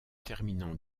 terminant